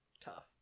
Tough